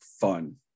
fun